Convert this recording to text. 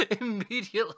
immediately